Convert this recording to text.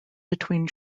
between